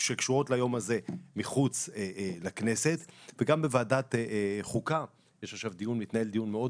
שקשורות ליום הזה מחוץ לכנסת וגם בוועדת חוקה מתנהל דיון מאוד